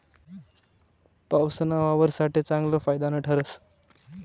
पाऊसना वावर साठे चांगलं फायदानं ठरस